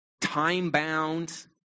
time-bound